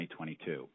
2022